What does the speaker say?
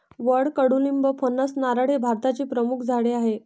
वड, कडुलिंब, फणस, नारळ हे भारताचे प्रमुख झाडे आहे